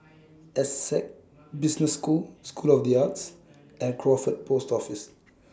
Essec Business School School of The Arts and Crawford Post Office